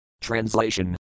Translation